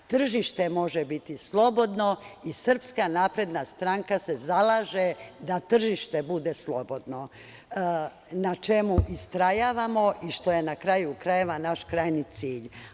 Tržište može biti slobodno i SNS se zalaže da tržište bude slobodno, na čemu istrajavamo i što je, na kraju krajeva, naš krajnji cilj.